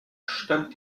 stand